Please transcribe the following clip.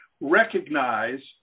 recognize